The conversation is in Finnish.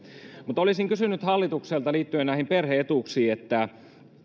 mutta olisin kysynyt hallitukselta liittyen näihin perhe etuuksiin